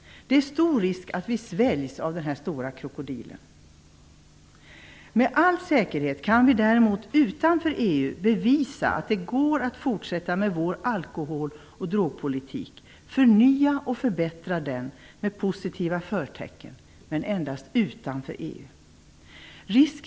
Det är stor risk att vi sväljs av den här stora krokodilen. Med all säkerhet kan vi däremot utanför EU bevisa att det går att fortsätta med vår alkohol och drogpolitik, att förnya och förbättra den med positiva förtecken, men endast utanför EU.